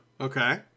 Okay